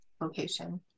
location